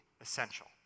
essential